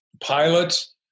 pilots